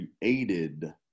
created